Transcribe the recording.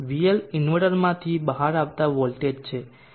Vl ઇન્વર્ટરમાંથી બહાર આવતા વોલ્ટેજ છે